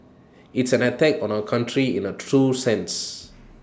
it's an attack on our country in A true sense